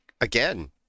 Again